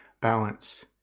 balance